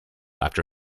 after